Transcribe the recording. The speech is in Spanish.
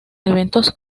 eventos